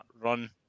run